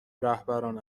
رهبران